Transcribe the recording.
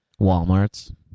Walmarts